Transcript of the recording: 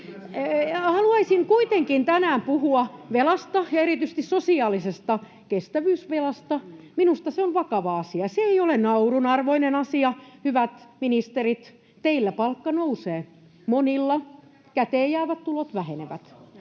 Haluaisin kuitenkin tänään puhua velasta ja erityisesti sosiaalisesta kestävyysvelasta. Minusta se on vakava asia. Se ei ole naurun arvoinen asia. Hyvät ministerit, teillä palkka nousee, monilla käteen jäävät tulot vähenevät.